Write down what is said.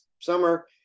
summer